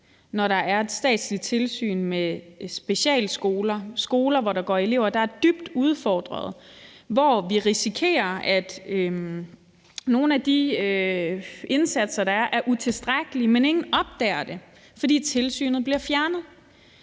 når der er et statsligt tilsyn med specialskoler, skoler, hvor der går elever, der er dybt udfordrede, og hvor vi risikerer, at nogle af de indsatser, der er, er utilstrækkelige, men at ingen opdager det, fordi tilsynet bliver fjernet.